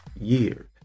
year